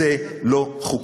זה לא חוקי.